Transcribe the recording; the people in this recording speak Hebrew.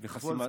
וחסימת,